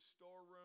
storeroom